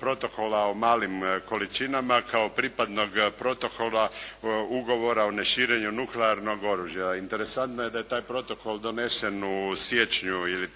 protokola o malim količinama kao pripadnog protokola ugovora o neširenju nuklearnog oružja. Interesantno je da je taj protokol donesen u siječnju ili